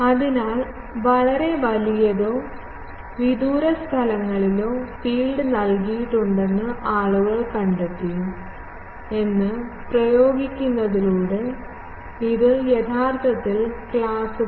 അതിനാൽ വളരെ വലിയതോ വിദൂരസ്ഥലങ്ങളിലോ ഫീൽഡ് നൽകിയിട്ടുണ്ടെന്ന് ആളുകൾ കണ്ടെത്തി എന്ന് പ്രയോഗിക്കുന്നതിലൂടെ ഇത് യഥാർത്ഥത്തിൽ ക്ലാസുകൾ